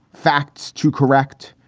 facts to correct,